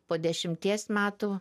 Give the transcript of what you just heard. po dešimties metų